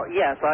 yes